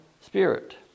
Spirit